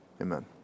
amen